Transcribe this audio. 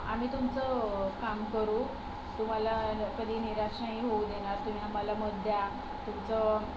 आम्ही तुमचं काम करू तुम्हाला कधी निराश नाही होऊ देणार तुम्ही आम्हाला मत द्या तुमचं